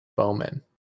Bowman